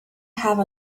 have